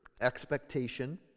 expectation